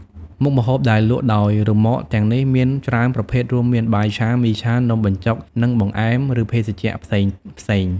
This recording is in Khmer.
មុខម្ហូបដែលលក់ដោយរ៉ឺម៉កទាំងនេះមានច្រើនប្រភេទ រួមមាន បាយឆា មីឆា នំបញ្ចុក និងបង្អែម ឬភេសជ្ជៈផ្សេងៗ។